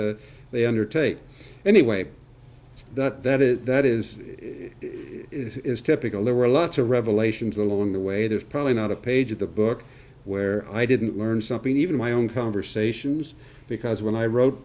that they undertake anyway it's that it that is it is typical there were lots of revelations along the way there's probably not a page of the book where i didn't learn something even my own conversations because when i wrote